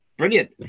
Brilliant